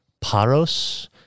Paros